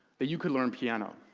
that you could learn piano